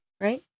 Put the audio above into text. right